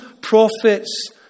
prophets